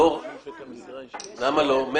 זה